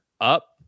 up